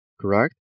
Correct